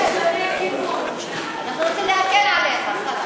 אנחנו רוצים להקל עליך.